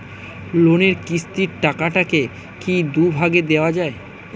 লোনের কিস্তির টাকাকে কি দুই ভাগে দেওয়া যায়?